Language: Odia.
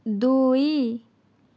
ଦୁଇ